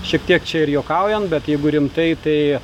šiek tiek čia ir juokaujant bet jeigu rimtai tai